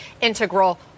integral